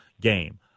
game